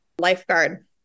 Lifeguard